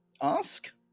Ask